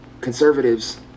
conservatives